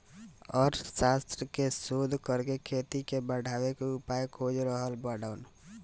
अर्थशास्त्र के शोध करके खेती के बढ़ावे के उपाय खोज रहल बाड़न